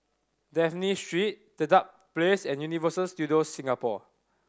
Dafne Street Dedap Place and Universal Studios Singapore